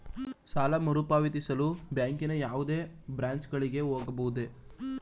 ಸಾಲ ಮರುಪಾವತಿಸಲು ಬ್ಯಾಂಕಿನ ಯಾವುದೇ ಬ್ರಾಂಚ್ ಗಳಿಗೆ ಹೋಗಬಹುದೇ?